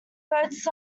boats